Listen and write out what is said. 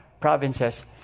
provinces